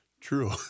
True